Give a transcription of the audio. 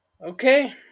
Okay